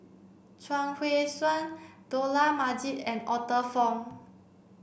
Chuang Hui Tsuan Dollah Majid and Arthur Fong